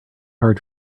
hard